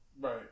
Right